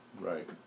right